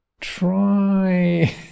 try